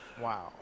Wow